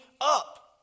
up